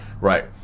right